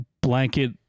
blanket